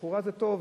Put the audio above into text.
לכאורה זה טוב,